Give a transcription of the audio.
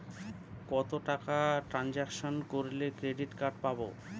কত টাকা ট্রানজেকশন করলে ক্রেডিট কার্ড পাবো?